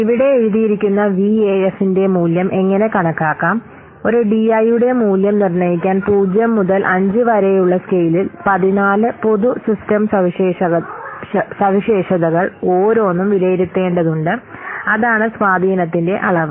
ഇവിടെ എഴുതിയിരിക്കുന്ന വിഎഎഫ് ന്റെ മൂല്യം എങ്ങനെ കണക്കാക്കാം ഒരു ഡിഐ യുടെ മൂല്യം നിർണ്ണയിക്കാൻ 0 മുതൽ 5 വരെയുള്ള സ്കെയിലിൽ 14 പൊതു സിസ്റ്റം സവിശേഷതകൾ ഓരോന്നും വിലയിരുത്തേണ്ടതുണ്ട് അതാണ് സ്വാധീനത്തിന്റെ അളവ്